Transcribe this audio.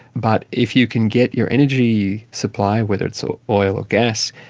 but if you can get your energy supplier, whether it's so oil or gas,